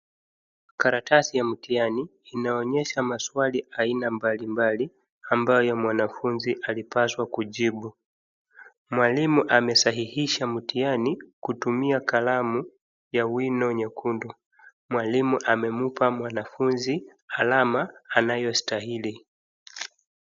Karatasi ya mtihani inaonyesha maswali aina mbalimbali ambayo mwanafunzi alipaswa kujibu. Mwalimu amesahihisha mtihani kutumia kalamu ya wino nyekundu. Mwalimu amempa mwanafunzi alama anayostahili.